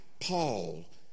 Paul